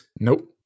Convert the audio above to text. Nope